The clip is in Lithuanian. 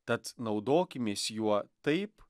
tad naudokimės juo taip